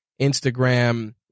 Instagram